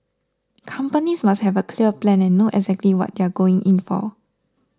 companies must have a clear plan and know exactly what they are going in for